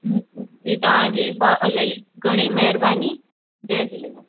जी तव्हांजी बि इलाही घणी महिरबानी जय झूलेलाल